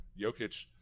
Jokic